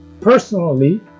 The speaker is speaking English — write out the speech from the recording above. personally